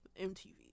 MTV